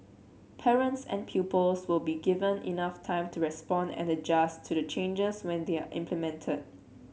parents and pupils will be given enough time to respond and adjust to the changes when they are implemented